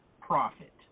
profit